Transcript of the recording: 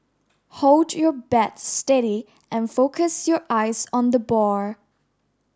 hold your bat steady and focus your eyes on the ball